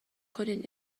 کنید